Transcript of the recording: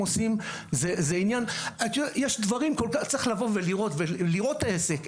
עושים זה עניין צריך לבוא ולראות את העסק,